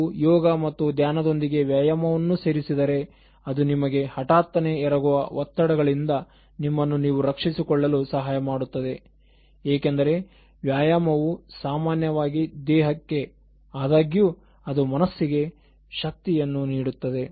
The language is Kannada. ನೀವು ಯೋಗ ಮತ್ತು ಧ್ಯಾನದೊಂದಿಗೆ ವ್ಯಾಯಾಮವನ್ನು ಸೇರಿಸಿದರೆ ಅದು ನಿಮಗೆ ಹಠಾತ್ತನೆ ಎರಗುವ ಒತ್ತಡಗಳಿಂದ ನಿಮ್ಮನ್ನು ನೀವು ರಕ್ಷಿಸಿಕೊಳ್ಳಲು ಸಹಾಯಮಾಡುತ್ತದೆ ಏಕೆಂದರೆ ವ್ಯಾಯಾಮವು ಸಾಮಾನ್ಯವಾಗಿ ದೇಹಕ್ಕೆ ಆದಾಗ್ಯೂ ಅದು ಮನಸ್ಸಿಗೆ ಶಕ್ತಿಯನ್ನು ನೀಡುತ್ತದೆ